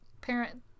parent